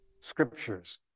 scriptures